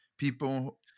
people